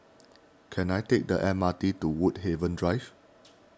can I take the M R T to Woodhaven Drive